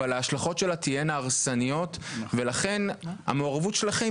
אבל ההשלכות שלה